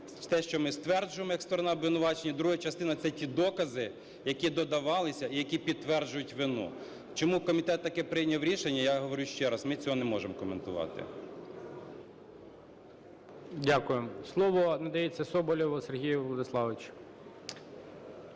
те, що ми стверджуємо як сторона обвинувачення. Друга частина – це ті докази, які додавалися і які підтверджують вину. Чому комітет таке прийняв рішення, я говорю ще раз, ми цього не можемо коментувати. ГОЛОВУЮЧИЙ. Дякую. Слово надається Соболєву Сергію Владиславовичу.